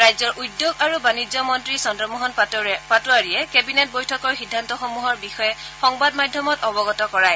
ৰাজ্যৰ উদ্যোগ আৰু বাণিজ্য মন্ত্ৰী চজ্ৰমোহন পাটোৱাৰীয়ে কেবিনেট বৈঠকৰ সিদ্ধান্তসমূহৰ বিষয়ে সংবাদ মাধ্যমত অৱগত কৰায়